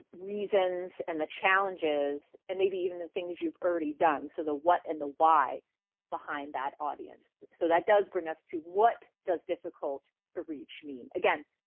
reasons and the challenges and maybe even the things you've already done, so the what and the why behind that audience. so that does bring us to what does difficult to reach mean? again,